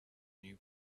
new